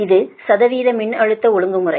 இது சதவீத மின்னழுத்த ஒழுங்குமுறை